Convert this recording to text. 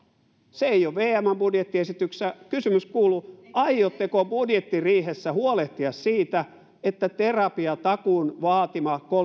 se ei ole vmn budjettiesityksessä kysymys kuuluu aiotteko budjettiriihessä huolehtia siitä että terapiatakuun vaatima